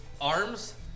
arms